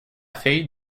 fille